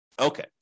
Okay